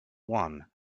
one